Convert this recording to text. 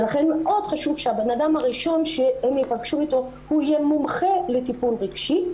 ולכן מאוד חשוב שהבן אדם הראשון שהן יפגשו איתו יהיה מומחה לטיפול רגשי.